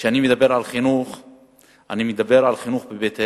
אני מקווה שנצליח להעביר אותה